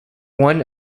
one